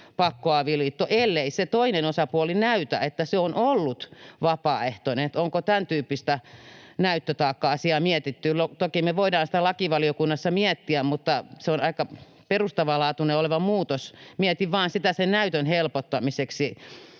pakkoavioliitto, ellei se toinen osapuoli näytä, että se on ollut vapaaehtoinen. Onko tämäntyyppistä näyttötaakka-asiaa mietitty? Toki me voimme sitä lakivaliokunnassa miettiä, mutta se on aika perustavaa laatua oleva muutos. Mietin vain sitä sen näytön helpottamiseksi,